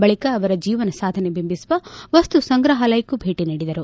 ಬಳಕ ಅವರ ಜೀವನ ಸಾಧನೆ ಬಿಂಬಿಸುವ ವಸ್ತು ಸಂಗ್ರಾಹಲಯಕ್ಕೂ ಭೇಟ ನೀಡಿದರು